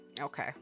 Okay